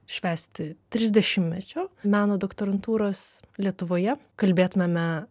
švęsti trisdešimtmečio meno doktorantūros lietuvoje kalbėtumėme